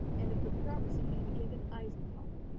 and of the promise he had given eisenkopf.